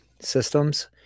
systems